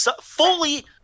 fully